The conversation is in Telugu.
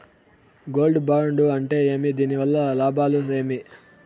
గోల్డ్ బాండు అంటే ఏమి? దీని వల్ల లాభాలు ఏమి?